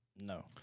No